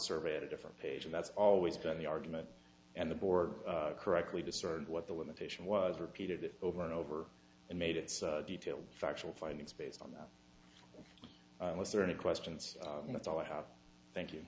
survey at a different page and that's always been the argument and the board correctly discerned what the limitation was repeated over and over and made it so detailed factual findings based on that was there any questions and that's all i have thank you